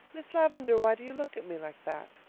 miss lavendar, why do you look at me like that?